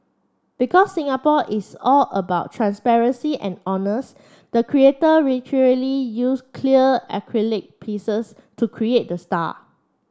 because Singapore is all about transparency and honest the creator literally use clear acrylic pieces to create the star